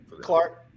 Clark